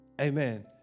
Amen